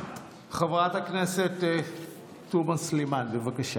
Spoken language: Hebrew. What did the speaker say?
חברת הכנסת תומא סלימאן, בבקשה.